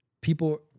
people